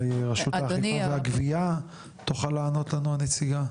אולי רשות האכיפה והגבייה, תוכל לענות לנו הנציגה.